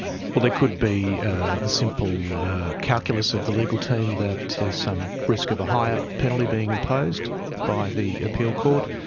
well, it could be the simple calculus of the legal team that there is some risk of a higher penalty being imposed by the appeal court.